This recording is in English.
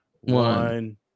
one